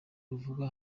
ruvugwa